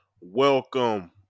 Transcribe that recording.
Welcome